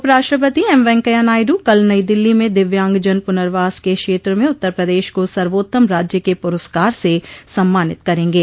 उप राष्ट्रपति एम वेंकैया नायडू कल नई दिल्ली में दिव्यांगजन पुनर्वास के क्षेत्र में उततर प्रदेश को सर्वोत्तम राज्य के पुरस्कार से सम्मानित करेंगे